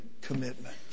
commitment